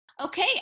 Okay